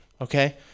okay